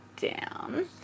down